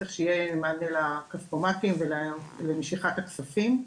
צריך שיהיה מענה לכספומטים ולמשיכת הכספים,